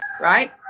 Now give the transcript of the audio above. right